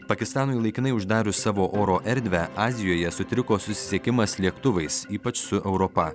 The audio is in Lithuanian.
pakistanui laikinai uždarius savo oro erdvę azijoje sutriko susisiekimas lėktuvais ypač su europa